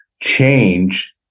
change